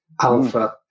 alpha